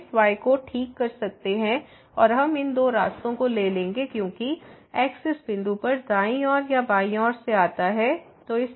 हम इस yको ठीक कर सकते हैं और हम इन दो रास्तों को ले लेंगे क्योंकि x इस बिंदु पर दाईं ओर या बाईं ओर से आता है